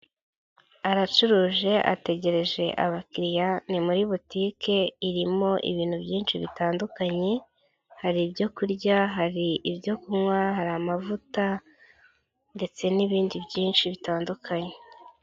Aracuruje ategereje abakiriya ni muri butike irimo ibintu byinshi bitandukanye, hari ibyo kurya, hari ibyo kunywa, hari amavuta ndetse n'ibindi byinshi bitandukanye.